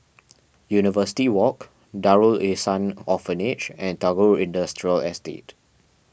University Walk Darul Ihsan Orphanage and Tagore Industrial Estate